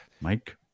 Mike